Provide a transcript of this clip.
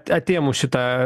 atėmus šitą